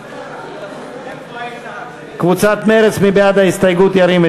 במוסדות, תמריצים למורים, מוסדות להכשרת מורים,